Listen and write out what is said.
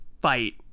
fight